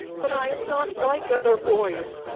but i am not like other boys!